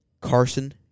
Carson